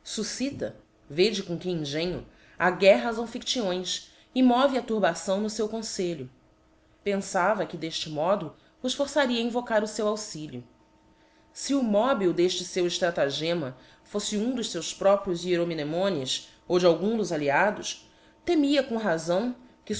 sufcita vede com que engenho a guerra aos amphiólyões e move a turbação no feu confelho penfava que defte modo os forcaria a invocar o feu auxilio se o móbil d'efte feu eftratagcma foítc um dos fcus próprios hieromnemones ou de algum dos alliados temia com razão que